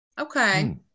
Okay